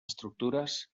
estructures